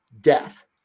death